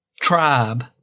tribe